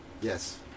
Yes